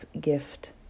gift